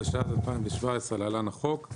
התשע"ז-2017 (להלן החוק),